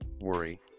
Worry